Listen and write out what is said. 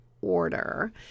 order